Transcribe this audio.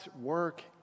work